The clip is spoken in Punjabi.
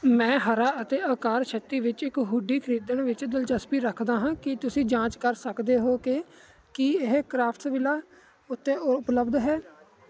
ਮੈਂ ਹਰਾ ਅਤੇ ਆਕਾਰ ਛੱਤੀ ਵਿੱਚ ਇੱਕ ਹੂਡੀ ਖਰੀਦਣ ਵਿੱਚ ਦਿਲਚਸਪੀ ਰੱਖਦਾ ਹਾਂ ਕੀ ਤੁਸੀਂ ਜਾਂਚ ਕਰ ਸਕਦੇ ਹੋ ਕਿ ਕੀ ਇਹ ਕਰਾਫਟਸਵਿਲਾ ਉੱਤੇ ਉਪਲਬਧ ਹੈ